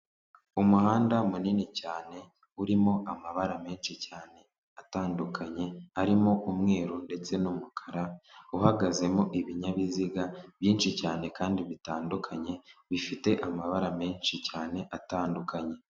Umuhanda munini cyane urimo amabara menshi cyane atandukanye, arimo umweru ndetse n'umukara, uhagazemo ibinyabiziga byinshi cyane kandi bitandukanye, bifite amabara menshi cyane atandukanye.